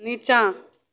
नीचाँ